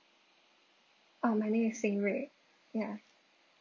oh my name is xing rei ya